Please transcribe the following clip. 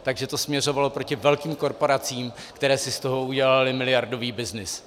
Takže to směřovalo proti velkým korporacím, které si z toho udělaly miliardový byznys.